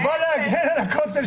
הוא בא להגן על הכותל,